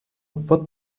wird